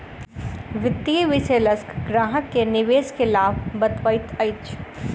वित्तीय विशेलषक ग्राहक के निवेश के लाभ बतबैत अछि